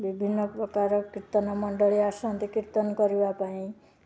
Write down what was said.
ବିଭିନ୍ନପ୍ରକାର କୀର୍ତ୍ତନ ମଣ୍ଡଳୀ ଆସନ୍ତି କୀର୍ତ୍ତନ କରିବା ପାଇଁ